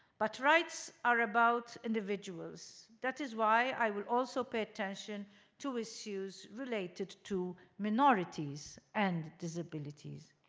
but rights are about individuals. that is why i would also pay attention to issues related to minorities and disabilities.